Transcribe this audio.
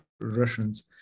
Russians